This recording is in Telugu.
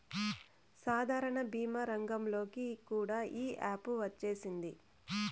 సాధారణ భీమా రంగంలోకి కూడా ఈ యాపు వచ్చేసింది